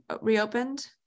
reopened